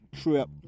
trip